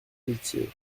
pitié